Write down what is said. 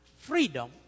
Freedom